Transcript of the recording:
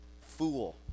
fool